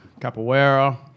capoeira